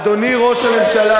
אדוני ראש הממשלה,